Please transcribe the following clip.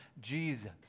Jesus